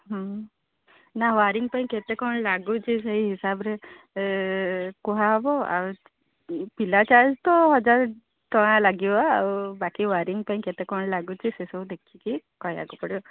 ହଁ ନା ୱାରିଙ୍ଗ ପାଇଁ କେତେ କ'ଣ ଲାଗୁଛି ସେଇ ହିସାବରେ କୁହାହେବ ଆଉ ପିଲା ଚାର୍ଜ ତ ହଜାରେ ଟଙ୍କା ଲାଗିବ ଆଉ ବାକି ୱାରିଙ୍ଗ ପାଇଁ କେତେ କ'ଣ ଲାଗୁଛି ସେସବୁ ଦେଖିକି କହିବାକୁ ପଡ଼ିବ